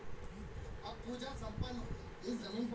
दुकान खोले के लोन मिलेला का?